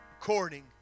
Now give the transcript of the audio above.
according